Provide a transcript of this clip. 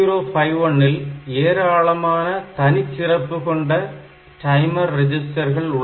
8051 ல் ஏராளமான தனிச் சிறப்பு கொண்ட டைமர் ரெஜிஸ்டர்கள் உள்ளன